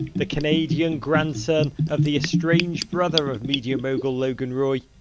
the canadian grandson of the estranged brother of media mogul logan roy,